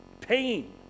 pain